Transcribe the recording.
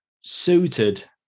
suited